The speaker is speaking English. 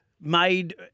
made